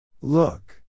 Look